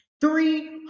three